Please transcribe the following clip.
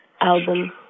album